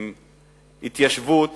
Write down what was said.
הן התיישבות